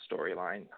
storyline